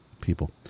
people